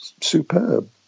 superb